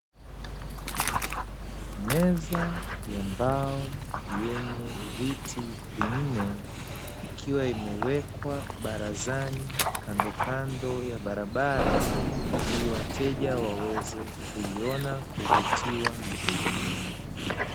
Meza ya mbao yenye viti vinne ikiwa imewekwa barazani kandokando ya barabara, ili wateja waweze kuiona, kuvutiwa na kuinunua.